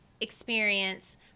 experience